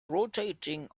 rotating